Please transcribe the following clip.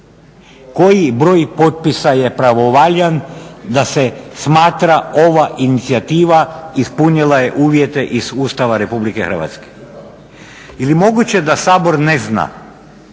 Koji broj potpisa je pravovaljan da se smatra ova inicijativa ispunila je uvjete iz Ustava Republike Hrvatske. Je li moguće da Sabor ne zna